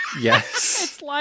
Yes